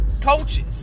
coaches